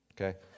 Okay